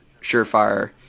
surefire